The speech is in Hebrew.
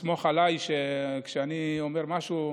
תסמוך עליי שכשאני אומר משהו,